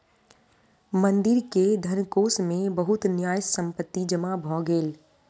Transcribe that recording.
मंदिर के धनकोष मे बहुत न्यास संपत्ति जमा भ गेल